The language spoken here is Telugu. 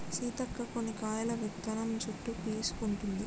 సీతక్క కొన్ని కాయల విత్తనం చుట్టు పీసు ఉంటది